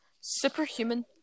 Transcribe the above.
superhuman